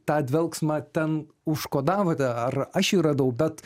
tą dvelksmą ten užkodavote ar aš jį radau bet